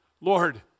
Lord